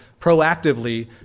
proactively